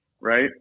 Right